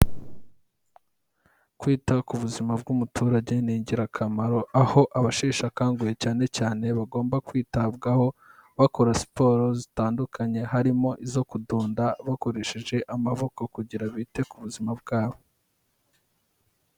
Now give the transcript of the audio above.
Kwita ku buzima bw'umuturage ni ingirakamaro aho abasheshekanguhe cyane cyane bagomba kwitabwaho, bakora siporo zitandukanye, harimo izo kudunda bakoresheje amaboko kugira ngo bite ku buzima bwabo.